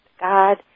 God